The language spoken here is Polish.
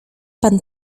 pan